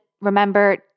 remember